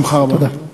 תודה.